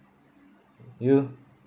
you